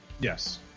Yes